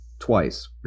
twice